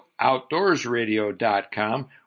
OutdoorsRadio.com